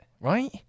right